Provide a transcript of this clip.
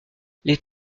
les